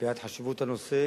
מפאת חשיבות הנושא